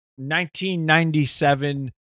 1997